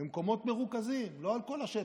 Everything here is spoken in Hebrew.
במקומות מרוכזים, לא על כל השטח.